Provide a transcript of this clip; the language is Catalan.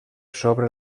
sobre